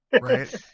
Right